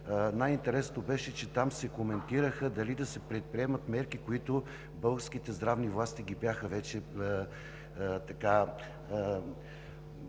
Най-интересното беше, че там се коментираше дали да се предприемат мерки, които българските здравни власти вече ги